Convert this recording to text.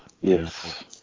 Yes